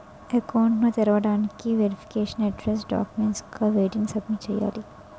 Account ను తెరవటానికి verification address documents గా వేటిని సబ్మిట్ చేయాలి?